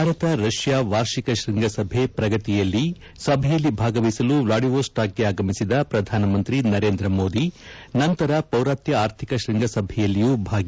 Bharat Russia ವಾರ್ಷಿಕ ಶೃಂಗಸಭೆ ಪ್ರಗತಿಯಲ್ಲಿ ಸಭೆಯಲ್ಲಿ ಭಾಗವಹಿಸಲು ವ್ಲಾಡಿವೋಸ್ಚಾಕ್ಗೆ ಆಗಮಿಸಿದ ಪ್ರಧಾನಮಂತ್ರಿ ನರೇಂದ್ರ ಮೋದಿ ನಂತರ ಪೌರಾತ್ಯ ಆರ್ಥಿಕ ಶೃಂಗಸಭೆಯಲ್ಲಿಯೂ ಭಾಗಿ